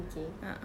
okay